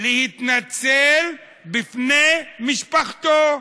להתנצל בפני משפחתו,